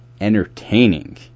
entertaining